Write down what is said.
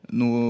no